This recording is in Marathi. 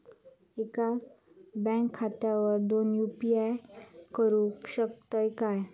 एका बँक खात्यावर दोन यू.पी.आय करुक शकतय काय?